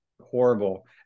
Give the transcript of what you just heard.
horrible